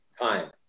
Time